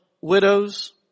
widows